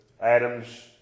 Adam's